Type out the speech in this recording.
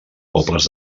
pobles